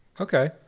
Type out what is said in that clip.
Okay